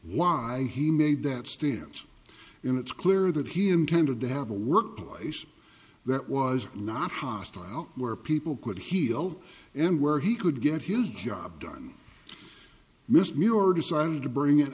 why he made that stance and it's clear that he intended to have a workplace that was not hostile where people could heal and where he could get his job done mr moore decided to bring an